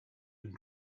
and